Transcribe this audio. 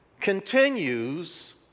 continues